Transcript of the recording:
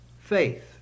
Faith